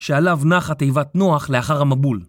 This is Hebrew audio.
שעליו נחה תיבת נוח לאחר המבול.